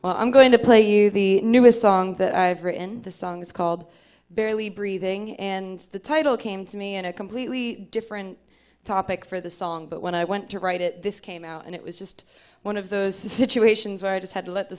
well i'm going to play you the newest song that i've written the song is called barely breathing and the title came to me in a completely different topic for the song but when i went to write it this came out and it was just one of those situations where i just had to let the